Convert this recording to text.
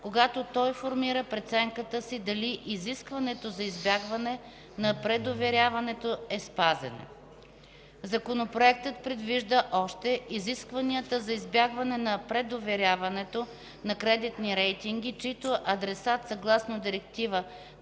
когато той формира преценката си дали изискването за избягване на предоверяването е спазено. III. Законопроектът предвижда още изискванията за избягване на предоверяването на кредитни рейтинги, чиито адресат съгласно Директива